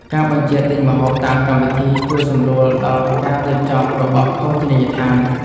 ការបញ្ជាទិញម្ហូបតាមកម្មវិធី ជួយសម្រួលដល់ការរៀបចំរបស់ភោជនីយដ្ឋាន។